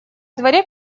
дворе